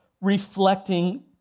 reflecting